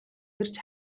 эрж